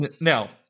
Now